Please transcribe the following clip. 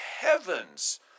heavens